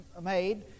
made